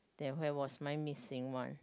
then where was my missing one